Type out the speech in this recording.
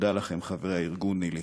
תודה לכם, חברי ארגון ניל"י.